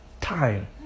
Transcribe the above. time